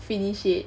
finish it